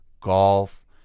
golf